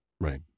Right